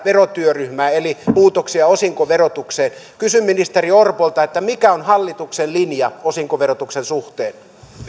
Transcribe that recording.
verotyöryhmä eli muutoksia osinkoverotukseen kysyn ministeri orpolta mikä on hallituksen linja osinkoverotuksen suhteen